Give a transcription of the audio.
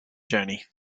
journey